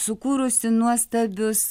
sukūrusi nuostabius